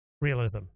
realism